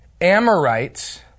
Amorites